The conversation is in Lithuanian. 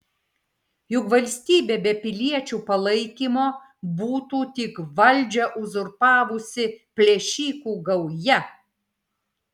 juk valstybė be piliečių palaikymo būtų tik valdžią uzurpavusi plėšikų gauja